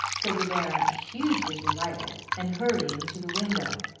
said the baron, hugely delighted, and hurrying to the window.